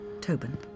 Tobin